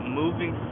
moving